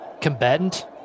combatant